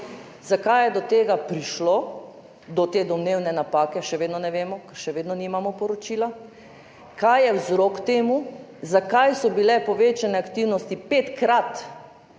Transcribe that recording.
Zakaj je do tega prišlo, do te domnevne napake, še vedno ne vemo, ker še vedno nimamo poročila, kaj je vzrok za to, zakaj so bile aktivnosti povečane